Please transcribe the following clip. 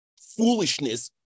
foolishness